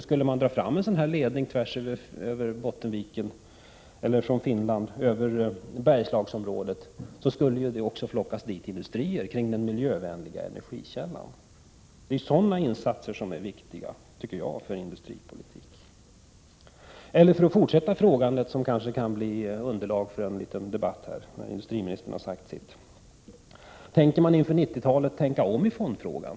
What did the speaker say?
Skulle en sådan här ledning dras från Finland tvärs över Bottenviken till Bergslagsområdet skulle där flockas industrier kring den miljövänliga energikällan. Det är sådana insatser som är viktiga för industripolitiken. För att fortsätta frågandet, som kan bli underlag för en liten debatt när industriministern har sagt sitt: Avser regeringen att inför 90-talet tänka om i fondfrågan?